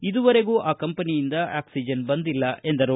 ಇದುವರೆಗೂ ಆ ಕಂಪನಿಯಿಂದ ಆಕ್ಷಿಜನ್ ಬಂದಿಲ್ಲ ಎಂದರು